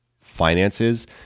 finances